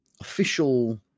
official